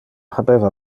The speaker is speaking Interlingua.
habeva